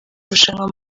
rushanwa